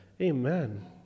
Amen